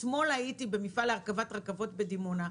אתמול הייתי במפעל להרכבת רכבות בדימונה,